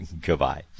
Goodbye